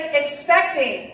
expecting